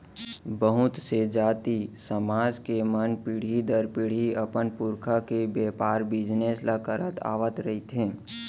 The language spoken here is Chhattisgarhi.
बहुत से जाति, समाज के मन पीढ़ी दर पीढ़ी अपन पुरखा के बेपार बेवसाय ल करत आवत रिहिथे